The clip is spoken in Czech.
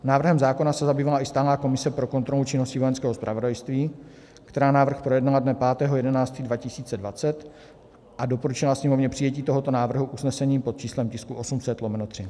Návrhem zákona se zabývala i Stálá komise pro kontrolu činnosti Vojenského zpravodajství, která návrh projednala dne 5. 11. 2020 a doporučila Sněmovně přijetí tohoto návrhu usnesením pod číslem tisku 800/3.